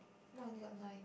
mine only got nine